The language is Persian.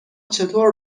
چطور